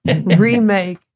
remake